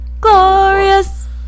Glorious